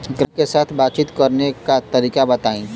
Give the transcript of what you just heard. ग्राहक के साथ बातचीत करने का तरीका बताई?